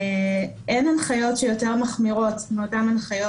אין הנחיות שיותר מחמירות מאותן הנחיות